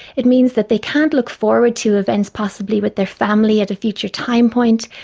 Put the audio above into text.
it means that they can't look forward to events possibly with their family at a future time point.